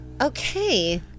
Okay